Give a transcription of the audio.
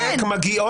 אתה מקבל